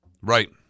Right